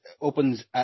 opens